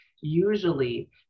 Usually